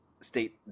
state